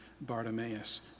Bartimaeus